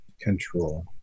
control